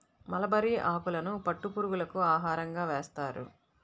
mulberry ఆకులను పట్టు పురుగులకు ఆహారంగా వేస్తారు